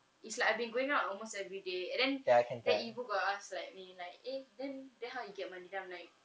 it's like I've been going out almost everyday and then ibu got us like I mean like eh then then how you get money then I'm like